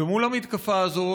ומול המתקפה הזאת,